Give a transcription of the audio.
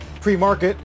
pre-market